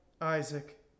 Isaac